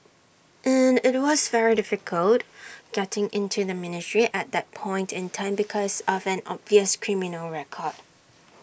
and IT was very difficult getting into the ministry at that point in time because of an obvious criminal record